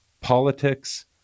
politics